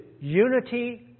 unity